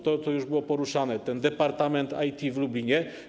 To, co już było poruszane: ten departament IT w Lublinie.